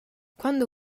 quando